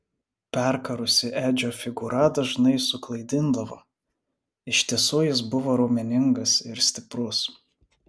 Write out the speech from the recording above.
perkarusi edžio figūra dažnai suklaidindavo iš tiesų jis buvo raumeningas ir stiprus